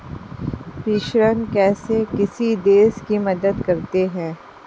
प्रेषण कैसे किसी देश की मदद करते हैं?